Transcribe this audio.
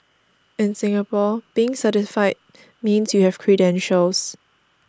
in Singapore being certified means you have credentials